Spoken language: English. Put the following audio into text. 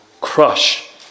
crush